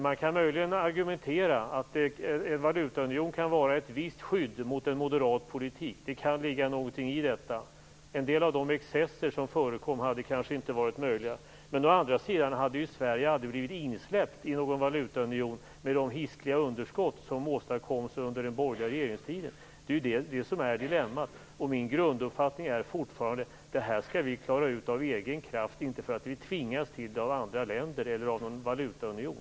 Man kan möjligen argumentera att en valutaunion kan vara ett visst skydd mot en moderat politik. Det kan ligga någonting i detta. En del av de excesser som förekom hade kanske inte varit möjliga, men å andra sidan hade Sverige aldrig blivit insläppt i någon valutaunion med de hiskliga underskott som åstadkoms under den borgerliga regeringstiden. Det är det som är dilemmat. Min grunduppfattning är fortfarande att vi skall klara ut problemen av egen kraft och inte för att vi tvingas till det av andra länder eller av någon valutaunion.